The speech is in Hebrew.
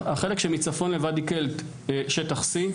החלק שמצפון לוואדי קלט הוא שטח C,